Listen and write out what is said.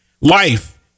Life